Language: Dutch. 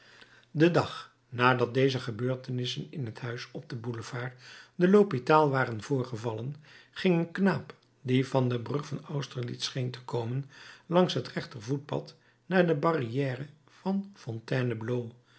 den dag nadat deze gebeurtenissen in het huis op den boulevard de l'hopital waren voorgevallen ging een knaap die van de brug van austerlitz scheen te komen langs het rechter voetpad naar de barrière van